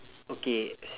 okay s~